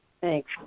Thanks